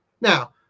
Now